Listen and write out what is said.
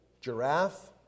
giraffe